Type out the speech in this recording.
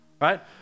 right